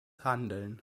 handeln